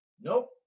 Nope